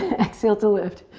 exhale to lift.